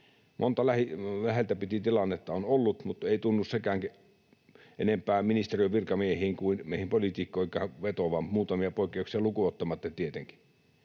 Monta läheltä piti ‑tilannetta on ollut, mutta ei tunnu sekään enempää ministeriön virkamiehiin kuin meihin poliitikkoihinkaan vetoavan — muutamia poikkeuksia lukuun ottamatta, tietenkin.